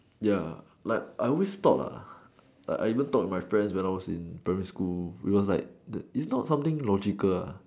ya like I always thought lah I even talk with my friends when I was in primary school we was like is not something logical ah